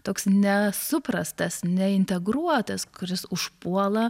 toks nesuprastas neintegruotas kuris užpuola